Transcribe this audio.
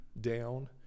down